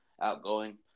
outgoing